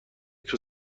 توی